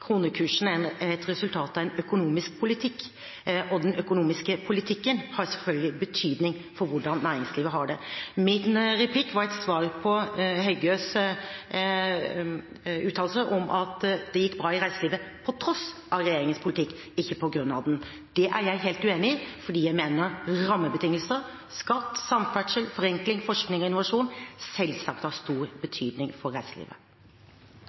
Kronekursen er et resultat av en økonomisk politikk, og den økonomiske politikken har selvfølgelig betydning for hvordan næringslivet har det. Min replikk var et svar på Heggøs uttalelser om at det gikk bra i reiselivet på tross av regjeringens politikk, ikke på grunn av den. Det er jeg helt uenig i fordi jeg mener at rammebetingelser, skatt, samferdsel, forenkling, forskning og innovasjon selvsagt har stor betydning for reiselivet.